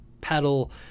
pedal